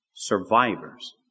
Survivors